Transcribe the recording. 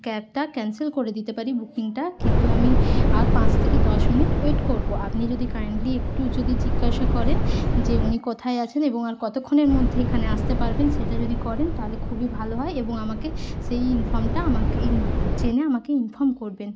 ক্যাবটা ক্যানসেল করে দিতে পারি বুকিংটা কিন্তু আমি আর পাঁচ থেকে দশ মিনিট ওয়েট করবো আপনি যদি কাইন্ডলি একটু যদি জিজ্ঞাসা করেন যে উনি কোথায় আছেন এবং আর কতক্ষণের মধ্যে এখানে আসতে পারবেন সেটা যদি করেন তালে খুবই ভালো হয় এবং আমাকে সেই ইনফর্মটা আমাকে ইন জেনে আমাকে ইনফর্ম করবেন